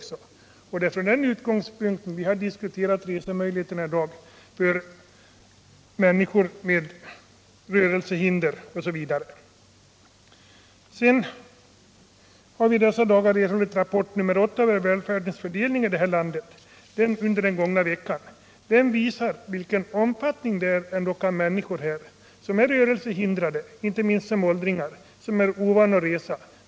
Det är från den utgångspunkten vi i dag har diskuterat resemöjligheterna för människor med rörelsehinder och andra besvär. Under den gångna veckan har vi också erhållit ”rapport nr. 8 om välfärdens fördelning” i det här landet. Denna rapport visar att många människor är rörelsehindrade, inte minst gäller detta åldringarna. De är också ofta ovana vid att resa.